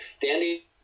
Dandy